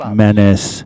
menace